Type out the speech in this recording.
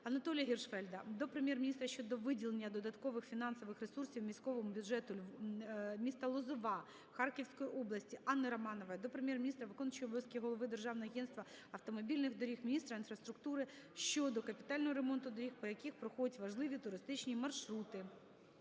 АнатоліяГіршфельда до Прем'єр-міністра щодо виділення додаткових фінансових ресурсу міському бюджету міста Лозова Харківської області. Анни Романової до Прем'єр-міністра, виконуючого обов'язків Голови Державного агентства автомобільних доріг, міністра інфраструктури щодо капітального ремонту доріг, по яких проходять важливі туристичні маршрути.